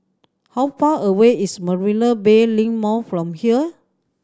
how far away is Marina Bay Link Mall from here